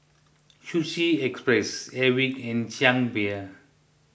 Sushi Express Airwick and Chang Beer